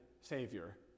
savior